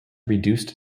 reduced